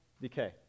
decay